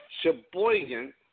Sheboygan